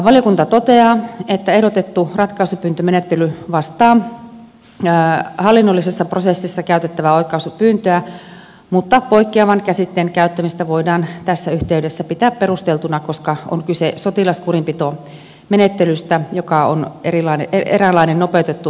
valiokunta toteaa että ehdotettu ratkaisupyyntömenettely vastaa hallinnollisessa prosessissa käytettävää oikaisupyyntöä mutta poikkeavan käsitteen käyttämistä voidaan tässä yhteydessä pitää perusteltuna koska on kyse sotilaskurinpitomenettelystä joka on eräänlainen nopeutettu rikosprosessi